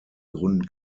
gründen